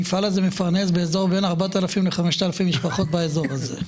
המפעל הזה מפרנס בין 4,000 ל-5,000 משפחות באזור הזה.